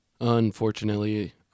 Unfortunately